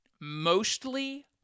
mostly